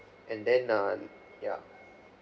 and then uh ya